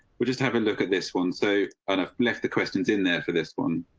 we just have a look at this one so and i've left the questions in there for this one.